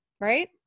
Right